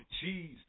cheese